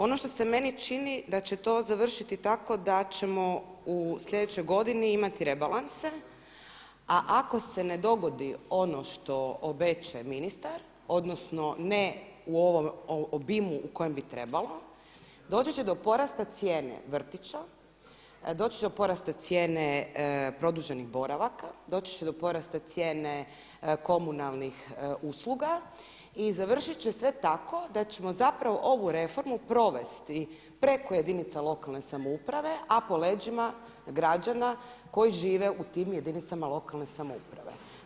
Ono što se meni čini da će to završiti tako da ćemo u slijedećoj godini imati rebalanse a ako se ne dogodi ono što obećava ministar odnosno ne u ovom obimu u kojem bi trebalo doći će do porasta cijene vrtića, doći će do porasta cijene produženih boravaka, doći će do porasta cijene komunalnih usluga i završit će sve tako da ćemo zapravo ovu reformu provesti preko jedinica lokalne samouprave, a po leđima građana koji žive u tim jedinicama lokalne samouprave.